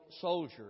soldier